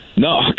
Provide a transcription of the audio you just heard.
No